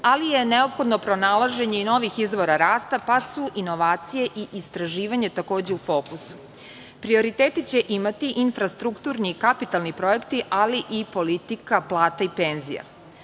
ali je neophodno pronalaženje i novih izvora rasta, pa su inovacije i istraživanje takođe u fokusu. Prioritet će imati infrastrukturni i kapitalni projekti, ali i politika plata i penzija. Zakon